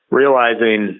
realizing